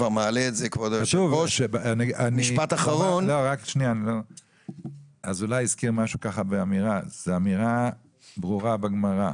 אמירה ברורה בגמרא,